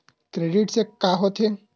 Credit से का होथे?